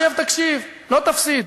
שב, תקשיב, לא תפסיד.